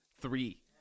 Three